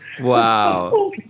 Wow